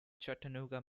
chattanooga